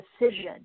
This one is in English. decision